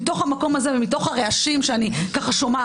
מתוך המקום הזה ומתוך הרעשים שאני שומעת,